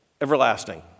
everlasting